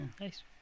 nice